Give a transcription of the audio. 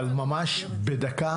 אבל ממש בדקה,